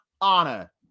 honor